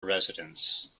residents